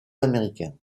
américain